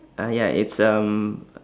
uh ya it's um